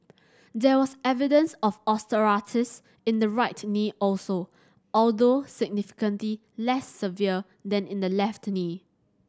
there was evidence of osteoarthritis in the right knee also although significantly less severe than in the left knee